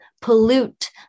pollute